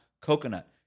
Coconut